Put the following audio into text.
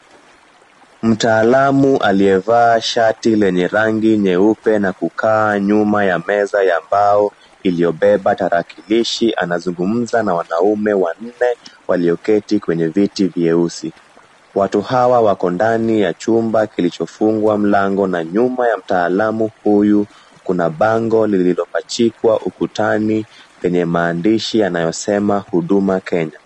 Mtaalamu aliyevaa shati lenye rangi nyeupe na kukaa nyuma ya meza ya mbao iliyobeba tarakilishi anazungumza na wanaume wanne walioketi kwenye viti vyeusi. Watu hawa wako ndani ya chumba kilichofungwa mlango na nyuma ya mtaalamu huyu kuna bango lililopachikwa ukutani lenye maandishi yanayosema Huduma Kenya.